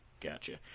Gotcha